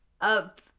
up